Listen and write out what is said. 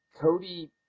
Cody